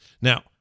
now